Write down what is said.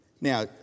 Now